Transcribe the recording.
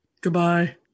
Goodbye